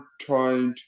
tried